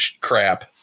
crap